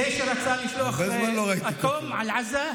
זה שרצה לשלוח אטום על עזה?